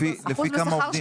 לפי כמה עובדים?